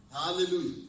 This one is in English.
Hallelujah